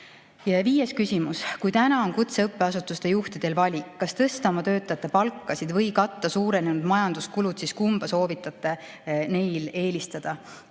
Viies küsimus: "Kui täna on kutseõppeasutuste juhtidel valik, kas tõsta oma töötajate palkasid või katta suurenenud majanduskulud, siis kumba soovitate Teie neil eelistada?"